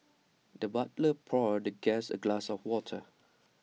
the butler poured the guest A glass of water